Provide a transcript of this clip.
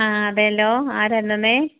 ആ അതേലോ ആരായിരുന്നു